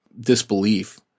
disbelief